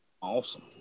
awesome